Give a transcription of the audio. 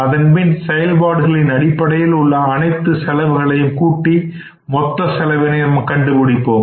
அதன்பின் செயல்பாடுகளின் அடிப்படையில் உள்ள அனைத்து செலவுகளையும் கூட்டி மொத்த செலவினை நாம் கண்டுபிடிப்போம்